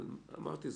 אבל אמרתי,